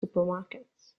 supermarkets